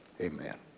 Amen